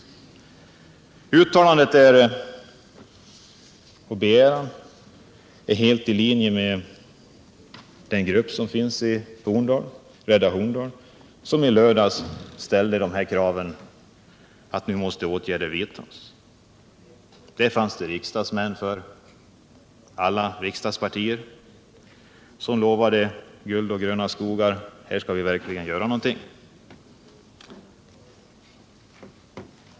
Yrkandet är helt i linje med de krav som gruppen Rädda Horndal i lördags ställde om att åtgärder nu måste vidtas. Där fanns då riksdagsmän från alla riksdagspartier som lovade guld och gröna skogar och att man verkligen skulle göra någonting.